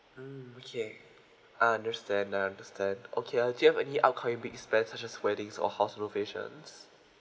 mm okay I understand I understand okay uh do you have any upcoming big spends such as weddings or house renovations